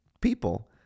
people